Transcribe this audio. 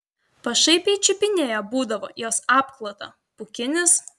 pašaipiai čiupinėja būdavo jos apklotą pūkinis